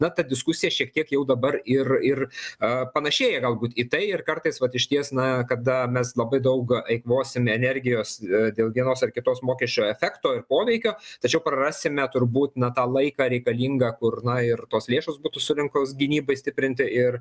na ta diskusija šiek tiek jau dabar ir panašėja galbūt į tai ir kartais vat išties na kada mes labai daug eikvosim energijos dėl vienos ar kitos mokesčio efekto ir poveikio tačiau prarasime turbūt na tą laiką reikalingą kur na ir tos lėšos būtų surinktos gynybai stiprinti ir